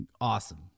Awesome